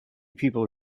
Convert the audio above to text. people